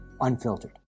unfiltered